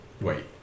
Wait